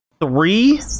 three